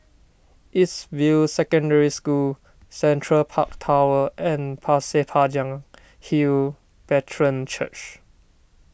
East View Secondary School Central Park Tower and Pasir Panjang Hill Brethren Church